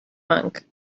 monk